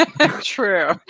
True